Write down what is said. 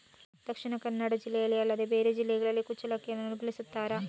ದಕ್ಷಿಣ ಕನ್ನಡ ಜಿಲ್ಲೆ ಅಲ್ಲದೆ ಬೇರೆ ಜಿಲ್ಲೆಗಳಲ್ಲಿ ಕುಚ್ಚಲಕ್ಕಿಯನ್ನು ಬೆಳೆಸುತ್ತಾರಾ?